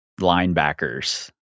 linebackers